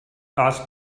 asked